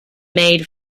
made